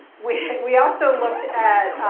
we we also looked at